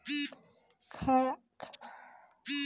खरिफ में कौन कौं फसल बोवल जाला अउर काउने महीने में बोवेल जाला?